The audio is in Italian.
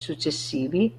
successivi